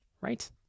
Right